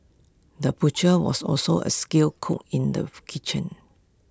the butcher was also A skilled cook in the kitchen